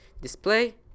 display